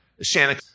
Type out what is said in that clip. Shanna